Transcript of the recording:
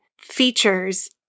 features